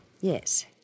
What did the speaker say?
Yes